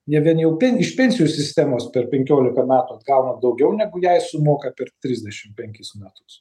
jie vien jau pen iš pensijų sistemos per penkiolika metų atgauna daugiau negu jai sumoka per trisdešim penkis metus